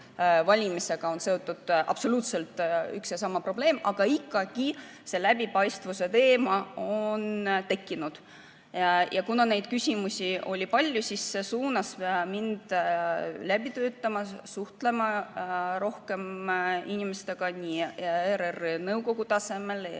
valimisega on seotud absoluutselt üks ja sama probleem, aga ikkagi see läbipaistvuse teema on tekkinud. Kuna küsimusi oli palju, siis suunas see mind seda läbi töötama ja suhtlema rohkem inimestega ERR‑i nõukogu tasemel,